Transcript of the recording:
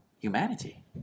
humanity